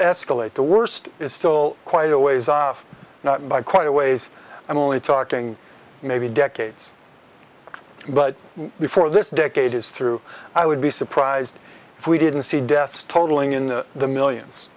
escalate the worst is still quite a ways off not by quite a ways i'm only talking maybe decades but before this decade is through i would be surprised if we didn't see deaths totaling in the millions